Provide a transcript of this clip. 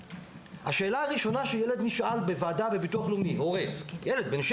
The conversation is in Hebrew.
השאלה הראשונה שנשאל הורה לילד בן 6